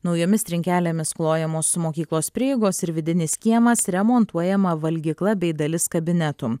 naujomis trinkelėmis klojamos mokyklos prieigos ir vidinis kiemas remontuojama valgykla bei dalis kabinetų